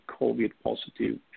COVID-positive